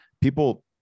people